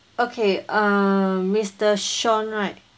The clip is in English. okay uh mister sean right